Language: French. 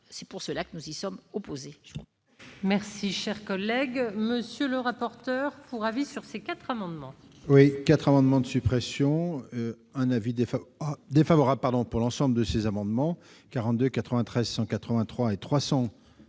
C'est pour ces raisons que nous y sommes opposés.